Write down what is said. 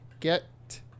Get